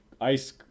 ice